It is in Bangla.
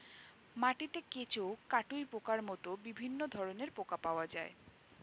মাটিতে কেঁচো, কাটুই পোকার মতো বিভিন্ন ধরনের পোকা পাওয়া যায়